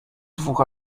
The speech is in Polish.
dwóch